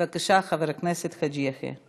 בבקשה, חבר הכנסת חאג' יחיא.